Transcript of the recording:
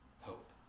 hope